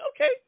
okay